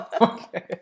Okay